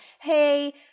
hey